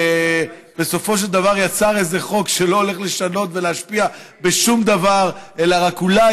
שבסופו של דבר יצר איזה חוק שלא הולך לשנות ולהשפיע בשום דבר אלא אולי